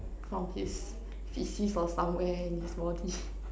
from his he squeeze from somewhere in his body